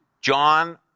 John